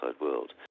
world